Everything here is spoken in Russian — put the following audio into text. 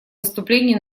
выступлении